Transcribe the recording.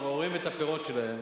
אנחנו כבר רואים את הפירות שלהן,